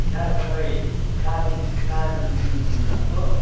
दा तपाईँ कारण कार मेकेनिक बोल्नुभएको